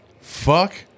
Fuck